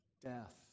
death